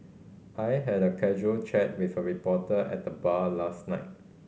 I had a casual chat with a reporter at the bar last night